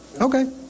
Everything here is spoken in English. Okay